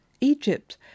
Egypt